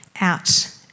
out